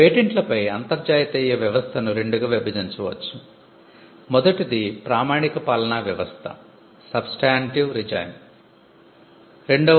పేటెంట్లపై అంతర్జాతీయ వ్యవస్థను రెండుగా విభజించవచ్చు మొదటిది ప్రామాణిక పాలనా వ్యవస్థ ఉంది